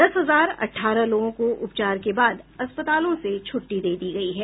दस हजार अठारह लोगों को उपचार के बाद अस्पतालों से छुट्टी दे दी गई है